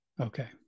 Okay